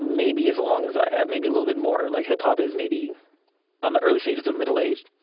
maybe as long as i have, maybe a little bit more. like hip-hop is maybe on the early stages of middle age.